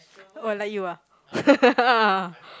oh like you ah